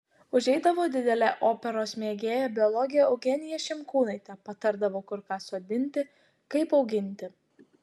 užeidavo didelė operos mėgėja biologė eugenija šimkūnaitė patardavo kur ką sodinti kaip auginti